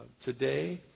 Today